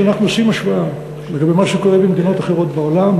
כשאנחנו עושים השוואה לגבי מה שקורה במדינות אחרות בעולם,